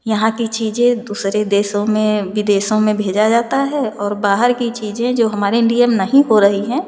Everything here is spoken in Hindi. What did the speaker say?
यहाँ की चीज़ें दूसरे देशों में विदेशों में भेजा जाता है और बाहर की चीज़ें जो हमारे इंडिया में नहीं हो रही हैं